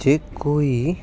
जे कोई